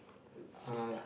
uh uh